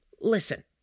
Listen